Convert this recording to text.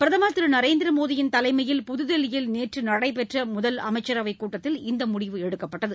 பிரதமர் திரு நரேந்திர மோடியின் தலைமையில் புதுதில்லியில் நேற்று நடைபெற்ற முதல் அமைச்சரவைக் கூட்டத்தில் இந்த முடிவு எடுக்கப்பட்டது